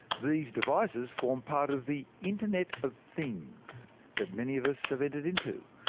these devices form part of the internet of things that many of us have entered into,